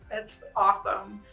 it's awesome.